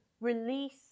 release